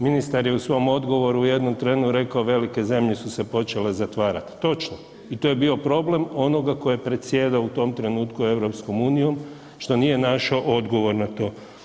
Ministar je u svom odgovoru u jednom trenu rekao velike zemlje su se počele zatvarat, točno i to je bio problem onoga ko je predsjedao u tom trenutku EU što nije našao odgovor na to.